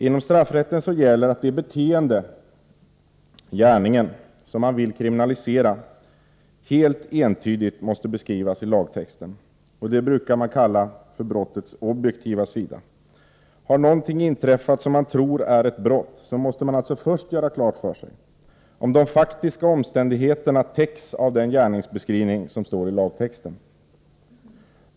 Inom straffrätten gäller att det beteende, gärningen, som kriminaliseras helt entydigt måste beskrivas i lagtexten. Det brukar kallas för brottets objektiva sida. Har någonting inträffat som man tror är ett brott, måste man alltså först göra klart för sig om de faktiska omständigheterna täcks av den gärningsbeskrivning som står i lagtexten.